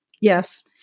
yes